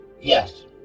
Yes